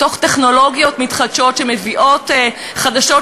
בתוך טכנולוגיות מתחדשות שמביאות חדשות